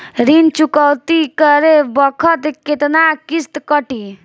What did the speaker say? ऋण चुकौती करे बखत केतना किस्त कटी?